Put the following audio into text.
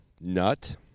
nut